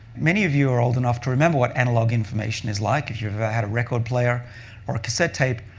many of you are old enough to remember what analog information is like. if you ever had a record player or a cassette tape,